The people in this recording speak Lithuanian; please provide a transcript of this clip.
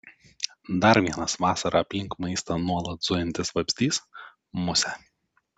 dar vienas vasarą aplink maistą nuolat zujantis vabzdys musė